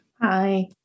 Hi